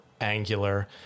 angular